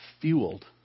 fueled